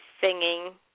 singing